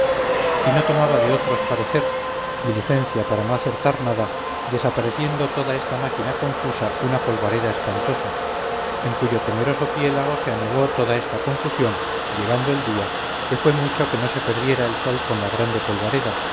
y no tomaba de otros parecer diligencia para no acertar nada desapareciendo toda esta máquina confusa una polvareda espantosa en cuyo temeroso piélago se anegó toda esta confusión llegando el día que fué mucho que no se perdiera el sol con la grande polvareda